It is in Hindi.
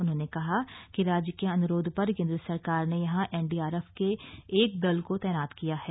उन्होंने कहा कि राज्य के अन्रोध पर केंद्र सरकार ने यहां एनडीआरएफ के एक दल को तैनात किया है